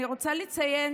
אני רוצה לציין